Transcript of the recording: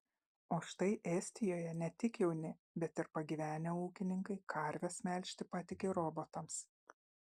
o štai estijoje ne tik jauni bet ir pagyvenę ūkininkai karves melžti patiki robotams